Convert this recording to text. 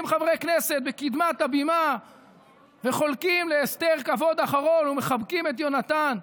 70 חברי כנסת בקדמת הבמה וחולקים לאסתר כבוד אחרון ומחבקים את יונתן.